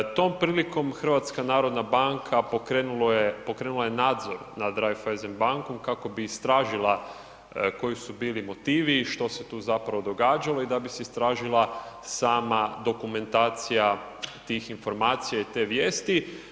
Tom prilikom HNB pokrenula je nadzor nad Raiffeisen bankom kako bi istražila koji su bili motivi i što se tu zapravo događalo i da bi se istražila sama dokumentacija tih informacija i tih vijesti.